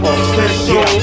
Official